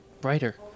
brighter